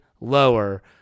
lower